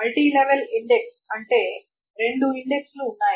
multi level index అంటే రెండు index లు ఉన్నాయి